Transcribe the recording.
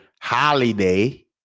holiday